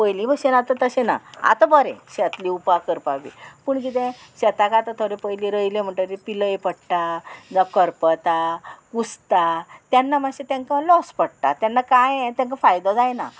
पयलीं भशेन आतां तशें ना आतां बरें शेत लिवपाक करपाक बी पूण कितें शेतांक आतां थोडे पयलीं रोयलें म्हणटगीर पिलय पडटा जावं करपता कुसता तेन्ना मातशें तेंका लॉस पडटा तेन्ना कांय तेंका फायदो जायना